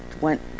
went